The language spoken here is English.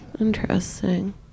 Interesting